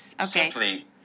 Simply